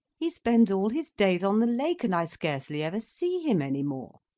he spends all his days on the lake, and i scarcely ever see him any more.